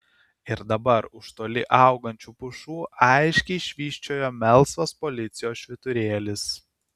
ir dabar už toli augančių pušų aiškiai švysčiojo melsvas policijos švyturėlis